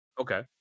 Okay